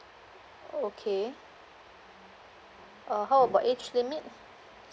okay uh how about age limit